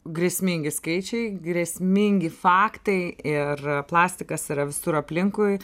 grėsmingi skaičiai grėsmingi faktai ir plastikas yra visur aplinkui